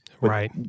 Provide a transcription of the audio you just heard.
Right